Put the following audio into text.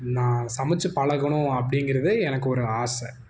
நான் சமைச்சு பழகணும் அப்படிங்கிறது எனக்கு ஒரு ஆசை